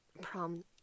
Prom